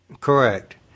Correct